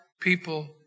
people